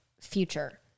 future